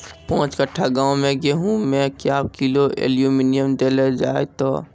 पाँच कट्ठा गांव मे गेहूँ मे क्या किलो एल्मुनियम देले जाय तो?